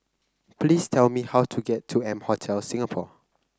please tell me how to get to M Hotel Singapore